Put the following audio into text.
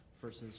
versus